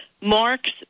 marks